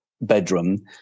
bedroom